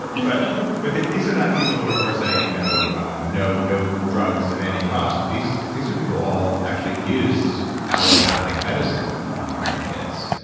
but but these are not people who are are saying you know um no no drugs at any cost. these these are people who all actually used allopathic medicine on their kids,